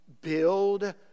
Build